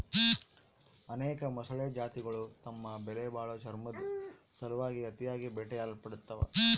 ಅನೇಕ ಮೊಸಳೆ ಜಾತಿಗುಳು ತಮ್ಮ ಬೆಲೆಬಾಳೋ ಚರ್ಮುದ್ ಸಲುವಾಗಿ ಅತಿಯಾಗಿ ಬೇಟೆಯಾಡಲ್ಪಡ್ತವ